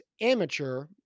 amateur